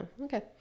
okay